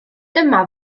dyma